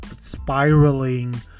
spiraling